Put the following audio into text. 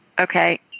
Okay